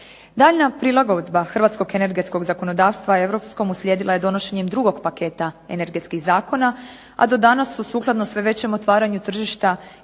Daljnja prilagodba hrvatskog energetskog zakonodavstva europskom uslijedila je donošenjem drugog paketa energetskih zakona, a do danas su sukladno sve većem otvaranju tržišta